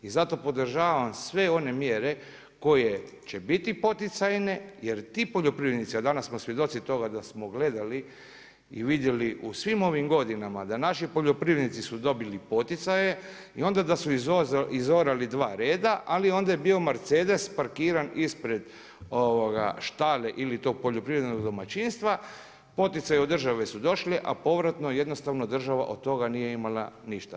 I zato podržavam sve one mjere koje će biti poticajne, jer ti poljoprivrednici, a danas smo svjedoci toga, da smo gledali i vidjeli u svim ovim godinama, da naši poljoprivrednici su dobili poticaje i onda da su izorali 2 reda, ali onda je bio Mercedes parkiran ispred štale ili tog poljoprivrednog domaćinstva, poticaj od države su došli, a povratno jednostavno država od toga nije imala ništa.